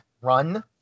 run